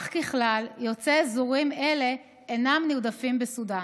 אך ככלל, יוצאי אזורים אלה אינם נרדפים בסודאן.